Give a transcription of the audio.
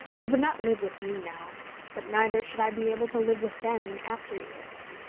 they would not live with me now but neither should i be able to live with them in after years.